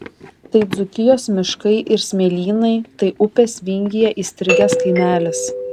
tai dzūkijos miškai ir smėlynai tai upės vingyje įstrigęs kaimelis